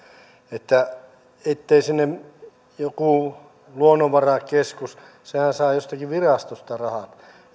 että ei joku luonnonvarakeskus sehän saa jostakin virastosta rahat